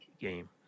game